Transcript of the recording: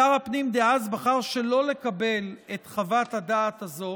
שר הפנים דאז בחר שלא לקבל את חוות הדעת הזו